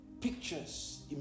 pictures